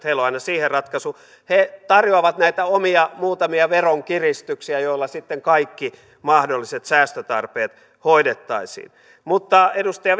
heillä on aina siihen ratkaisu he tarjoavat näitä omia muutamia veronkiristyksiä joilla sitten kaikki mahdolliset säästötarpeet hoidettaisiin mutta edustaja